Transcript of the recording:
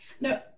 no